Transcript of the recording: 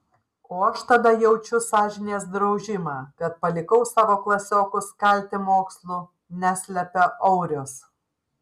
o aš tada jaučiu sąžinės graužimą kad palikau savo klasiokus kalti mokslų neslepia aurius